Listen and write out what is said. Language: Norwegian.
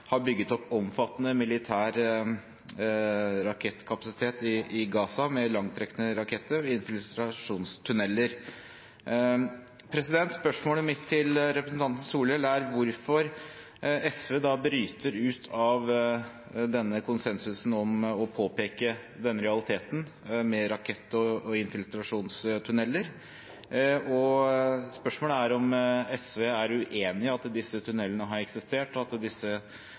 har bygget opp omfattende militær kapasitet i Gaza med langtrekkende raketter og infiltrasjonstunneler. Spørsmålet mitt til representanten Solhjell er hvorfor SV bryter ut av denne konsensusen om å påpeke denne realiteten med raketter og infiltrasjonstunneler. Spørsmålet er om SV er uenig i at disse tunnelene og disse rakettoppskytingsrampene har eksistert,